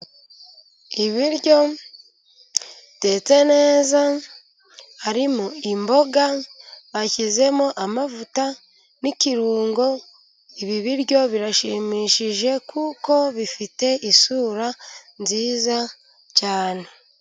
Ibiryo bitetse neza harimo imboga, bashyizemo amavuta n'ikirungo. Ibi biryo birashimishije kuko bifite isura nziza cyane.